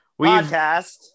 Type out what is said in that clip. podcast